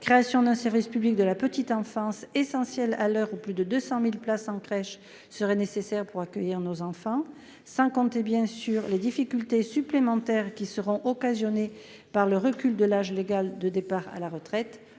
création d'un service public de la petite enfance, mesure essentielle à l'heure où plus de 200 000 places de crèche seraient nécessaires pour accueillir nos enfants -, cela sans compter, bien sûr, les difficultés supplémentaires qui seront occasionnées par le recul de l'âge légal de départ à la retraite.